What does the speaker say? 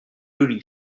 duty